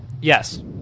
Yes